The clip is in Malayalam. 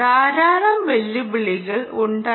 ധാരാളം വെല്ലുവിളികൾ ഉണ്ടായിരുന്നു